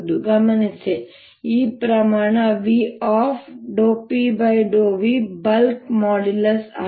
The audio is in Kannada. ಗಮನಿಸಿ ಈ ಪ್ರಮಾಣ V∂P∂V ಬಲ್ಕ್ ಮಾಡ್ಯುಲಸ್ ಆಗಿದೆ